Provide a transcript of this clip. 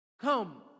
Come